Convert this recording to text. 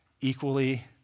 equally